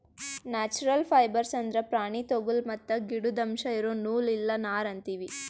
natural fibres ಅಂದ್ರ ಪ್ರಾಣಿ ತೊಗುಲ್ ಮತ್ತ್ ಗಿಡುದ್ ಅಂಶ್ ಇರೋ ನೂಲ್ ಇಲ್ಲ ನಾರ್ ಅಂತೀವಿ